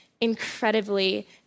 incredibly